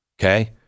okay